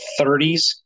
30s